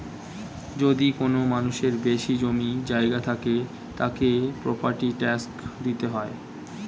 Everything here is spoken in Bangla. যদি কোনো মানুষের বেশি জমি জায়গা থাকে, তাকে প্রপার্টি ট্যাক্স দিতে হয়